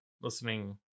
listening